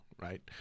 Right